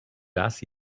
raz